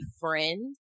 friend